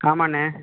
ஆமாண்ணா